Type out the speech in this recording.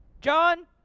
John